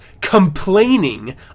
complaining